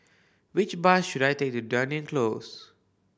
which bus should I take to Dunearn Close